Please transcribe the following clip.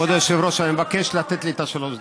כבוד היושב-ראש, אני מבקש לתת לי את השלוש דקות.